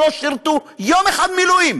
שלא שירתו יום אחד מילואים